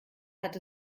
hat